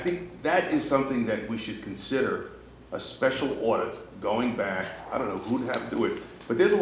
think that is something that we should consider a special order going back i don't know who would have to do it but the